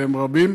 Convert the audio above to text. והם רבים.